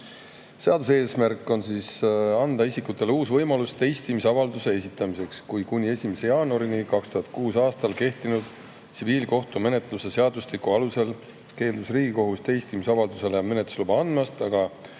Seaduse eesmärk on anda isikutele uus võimalus teistmisavalduse esitamiseks, kui kuni 1. jaanuarini 2006. aastal kehtinud tsiviilkohtumenetluse seadustiku alusel keeldus Riigikohus teistmisavaldusele menetlusluba andmast, aga